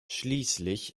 schließlich